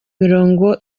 mirongo